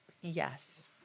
Yes